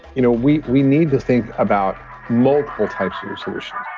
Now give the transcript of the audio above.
you know we we need to think about multiple types of solutions